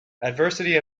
adversity